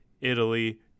italy